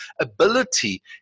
ability